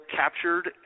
captured